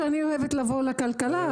שאני אוהבת לבוא לכלכלה,